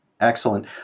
Excellent